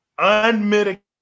unmitigated